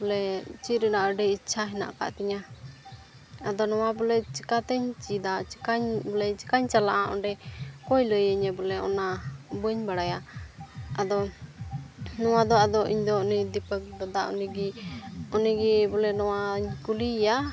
ᱵᱚᱞᱮ ᱪᱮᱫ ᱨᱮᱱᱟᱜ ᱟᱹᱰᱤ ᱤᱪᱪᱷᱟ ᱢᱮᱱᱟᱜ ᱠᱟᱜ ᱛᱤᱧᱟ ᱟᱫᱚ ᱱᱚᱣᱟ ᱵᱚᱞᱮ ᱪᱤᱠᱟᱹ ᱛᱤᱧ ᱪᱮᱫᱟ ᱪᱤᱠᱟᱹᱧ ᱵᱚᱞᱮ ᱪᱤᱠᱟᱹᱧ ᱪᱟᱞᱟᱜᱼᱟ ᱚᱸᱰᱮ ᱚᱠᱚᱭ ᱞᱟᱹᱭᱤᱧᱟ ᱵᱚᱞᱮ ᱚᱱᱟ ᱵᱟᱹᱧ ᱵᱟᱲᱟᱭᱟ ᱟᱫᱚ ᱱᱚᱣᱟ ᱫᱚ ᱟᱫᱚ ᱤᱧᱫᱚ ᱩᱱᱤ ᱫᱤᱯᱚᱠ ᱫᱟᱫᱟ ᱩᱱᱤᱜᱮ ᱩᱱᱤᱜᱮ ᱵᱚᱞᱮ ᱱᱚᱣᱟᱧ ᱠᱩᱞᱤᱭᱮᱭᱟ